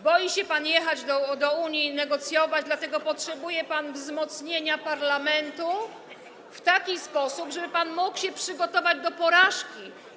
Boi się pan jechać do Unii i negocjować, dlatego potrzebuje pan wzmocnienia parlamentu w taki sposób, żeby pan mógł się przygotować do porażki.